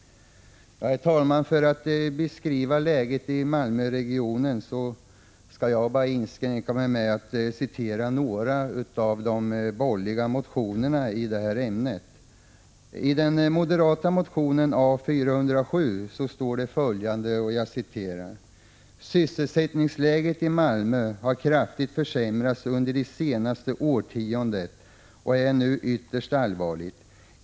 Herr talman! För att beskriva läget i Malmöregionen skall jag inskränka mig till att citera ur några av de borgerliga motionerna i ämnet. I den moderata motionen A407 står följande: ”Sysselsättningsläget i Malmöhus län har kraftigt försämrats under det senaste årtiondet och är nu ytterst allvarligt.